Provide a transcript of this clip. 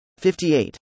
58